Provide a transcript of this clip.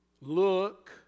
look